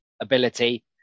ability